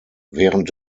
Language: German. während